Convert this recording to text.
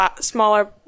smaller